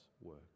work